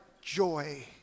joy